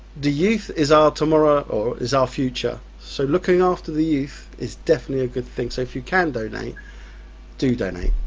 the youth is our tomorrow or is our future so looking after the youth is definitely a good thing so if you can donate, do donate.